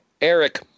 Eric